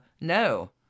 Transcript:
no